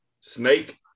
Snake